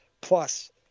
plus